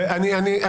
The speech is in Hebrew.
זו הערתי.